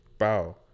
Wow